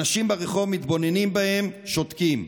אנשים ברחוב מתבוננים בהם, שותקים.